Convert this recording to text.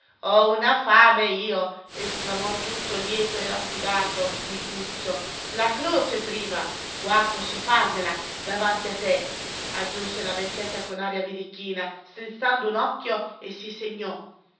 ho una fame io esclamò tutto lieto e raffidato micuccio la croce prima qua posso farmela davanti a te aggiunse la vecchietta con aria birichina strizzando un occhio e si segnò